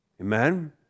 Amen